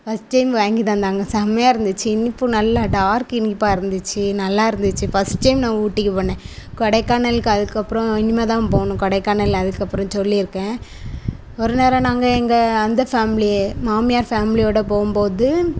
first time வாங்கி தந்தாங்க செம்மையாக இருந்துச்சு இனிப்பு நல்லா டார்க் இனிப்பாக இருந்துச்சு நல்லா இருந்துச்சு ஃபர்ஸ்ட் டைம் நான் ஊட்டிக்கு போனேன் கொடைக்கானலுக்கு அதுக்கப்புறம் இனிமேல் தான் போகணும் கொடைக்கானல் அதுக்கப்புறம் சொல்லியிருக்கேன் ஒரு நேரம் நாங்கள் எங்கள் அந்த ஃபேமிலி மாமியார் ஃபேமிலியோடய போகும் போது